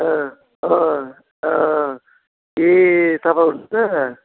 अँ अँ अँ ए थापा हुनुहुन्छ